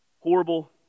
horrible